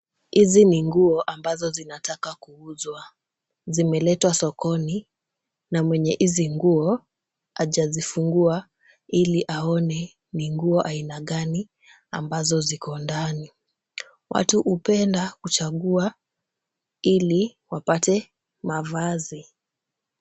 Hizi ni nguo ambazo zinataka kuuzwa. Zimeletwa sokoni na mwenye hizi nguo hajazifungua, ili aone ni nguo aina gani ambazo ziko ndani. Watu hupenda kuchagua ili wapate mavazi.